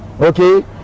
Okay